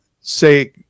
say